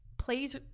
Please